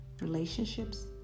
relationships